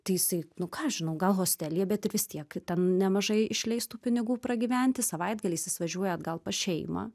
tai jisai nu ką žinau gal hostelyje bet ir vis tiek ten nemažai išleis tų pinigų pragyventi savaitgaliais jis važiuoja atgal pas šeimą